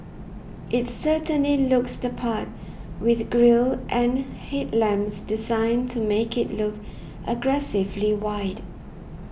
it certainly looks the part with grille and headlamps designed to make it look aggressively wide